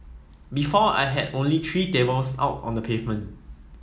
before I had only three tables out on the pavement